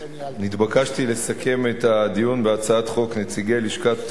התבקשתי לסכם את הדיון בהצעת חוק נציגי לשכת